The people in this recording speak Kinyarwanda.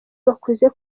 bakuze